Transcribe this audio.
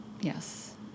Yes